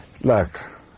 Look